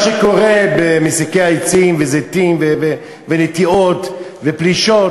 שקורה במסיקי העצים וזיתים ונטיעות ופלישות.